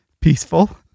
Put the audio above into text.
Peaceful